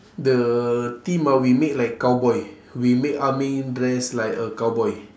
the theme ah we make like cowboy we make ah ming dress like a cowboy